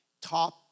top